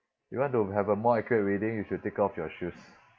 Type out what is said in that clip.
you want to have a more accurate reading you should take off your shoes